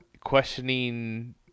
questioning